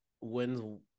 wins